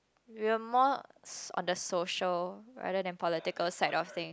you are more on the social rather than political side of thing